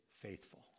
faithful